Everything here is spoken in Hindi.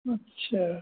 अच्छा